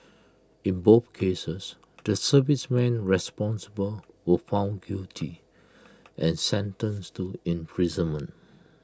in both cases the servicemen responsible were found guilty and sentenced to imprisonment